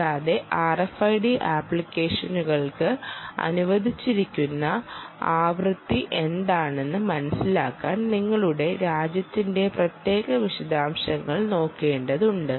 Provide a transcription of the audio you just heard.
കൂടാതെ RFID അപ്ലിക്കേഷനുകൾക്ക് അനുവദിച്ചിരിക്കുന്ന ആവൃത്തി എന്താണെന്ന് മനസിലാക്കാൻ നിങ്ങളുടെ രാജ്യത്തിന്റെ പ്രത്യേക വിശദാംശങ്ങൾ നോക്കേണ്ടതുണ്ട്